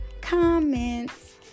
comments